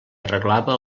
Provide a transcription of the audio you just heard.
arreglava